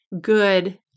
good